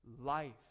life